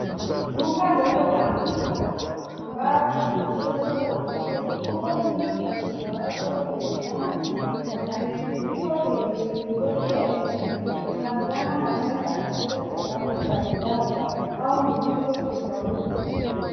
Duka ndogo la nguo ambao ni soko la nguo. Nguo nyingi zimewekwa kwenye hanger na zimetundikwa kwenye milingoti ya chuma. Kuna fulana, mashati na sweta za rangi mbalimbali hao mitindo tofauti.